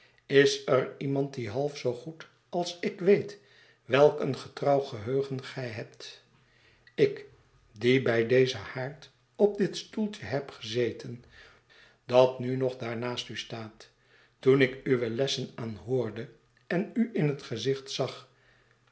is er iemand die half zoo goed als ik weet welk een getrouw geheugen gij hebt ik die bij dezen haard op dit stoeltje heb gezeten dat nu nog daar naast u staat toen ik uwe lessen aanhoorde en u in het gezicht zag